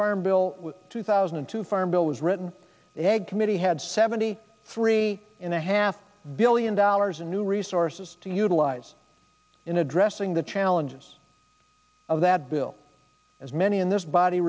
farm bill two thousand and two farm bill was written eg committee had seventy three and a half billion dollars in new resources to utilize in addressing the challenges of that bill as many in this body